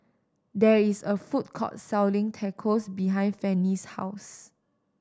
there is a food court selling Tacos behind Fannie's house